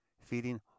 feeding